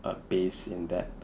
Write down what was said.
err base in that